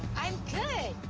i'm good.